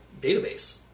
database